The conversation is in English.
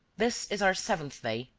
this is our seventh day.